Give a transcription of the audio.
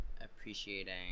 appreciating